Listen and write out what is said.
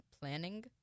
planning